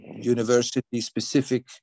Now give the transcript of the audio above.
university-specific